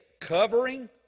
covering